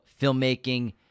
filmmaking